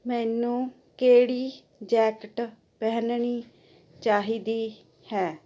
ਮੈਨੂੰ ਕਿਹੜੀ ਜੈਕਟ ਪਹਿਨਣੀ ਚਾਹੀਦੀ ਹੈ